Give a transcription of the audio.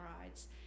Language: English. Rides